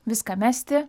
viską mesti